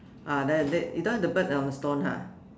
uh there the you don't have the bird on the stone lah